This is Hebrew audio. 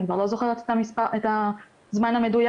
אני כבר לא זוכרת את הזמן המדויק.